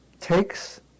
takes